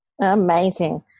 Amazing